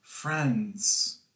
friends